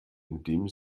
indem